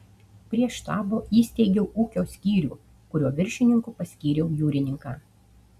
prie štabo įsteigiau ūkio skyrių kurio viršininku paskyriau jūrininką